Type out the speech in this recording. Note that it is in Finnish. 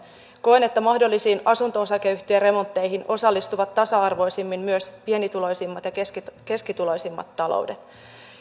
koen että mahdollisiin asunto osakeyhtiöremontteihin osallistuvat tasa arvoisemmin myös pienituloisimmat ja keskituloisimmat taloudet